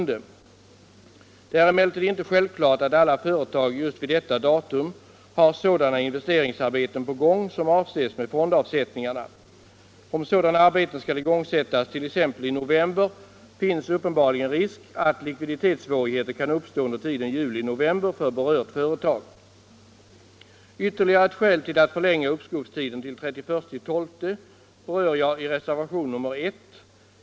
Det är emellertid inte självklart att alla företag just vid detta datum har sådana investeringsarbeten på gång som avses med fondavsättningarna. Om sådana arbeten skall igångsättas t.ex. i november finns uppenbarligen risk för att likviditetssvårigheter kan uppstå under tiden juli-november för berört företag. Ytterligare ett skäl till att förlänga uppskovstiden till den 31 december berör jag i reservationen 1.